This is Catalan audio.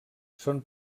són